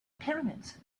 pyramids